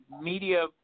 media